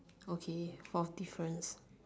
okay fourth difference